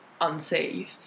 unsafe